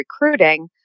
recruiting